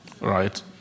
Right